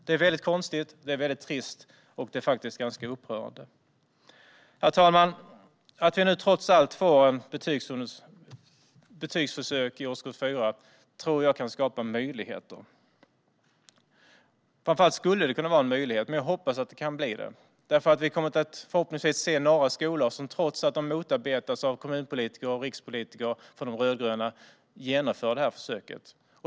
Det är väldigt konstigt, det är väldigt trist och det är faktiskt ganska upprörande. Herr talman! Att vi nu trots allt får ett försök med betyg i årskurs 4 tror jag kan skapa möjligheter. Framför allt hoppas jag att vi får se några skolor som trots att de motarbetas av rödgröna kommunpolitiker och rikspolitiker genomför det här försöket.